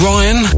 Ryan